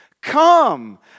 Come